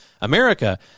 America